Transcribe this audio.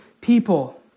people